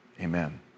amen